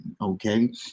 Okay